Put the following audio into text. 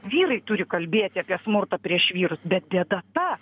vyrai turi kalbėti apie smurtą prieš vyrus bet bėda ta